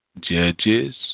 Judges